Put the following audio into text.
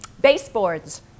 baseboards